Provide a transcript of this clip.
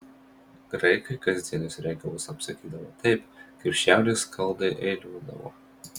graikai kasdienius reikalus apsakydavo taip kaip šiaurės skaldai eiliuodavo